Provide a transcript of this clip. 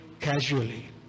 casually